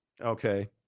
Okay